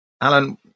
Alan